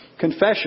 Confession